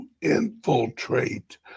infiltrate